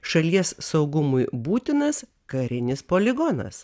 šalies saugumui būtinas karinis poligonas